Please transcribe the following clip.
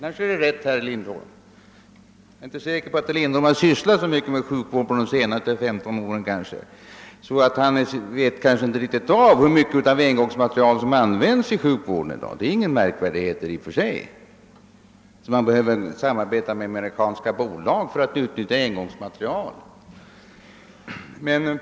Jag är inte säker på att herr Lindholm har sysslat så mycket med sjukvårdsfrågor under de senaste femton åren, så han vet kanske inte hur mycket engångsmaterial som redan används i sjukvården. Det är i och för sig inte så märkvärdigt att man samarbetar med amerikanska bolag för att utnyttja engångsmateriel.